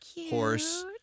horse